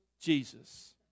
Jesus